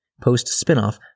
Post-spinoff